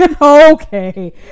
Okay